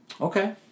Okay